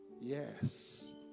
Yes